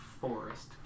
forest